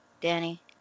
Danny